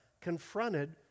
confronted